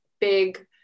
big